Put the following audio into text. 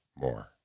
more